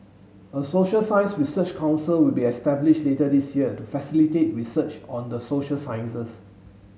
a social science research council will be established later this year to facilitate research on the social sciences